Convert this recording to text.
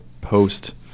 post